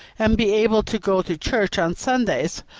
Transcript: and be able to go to church on sundays,